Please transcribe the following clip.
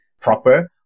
proper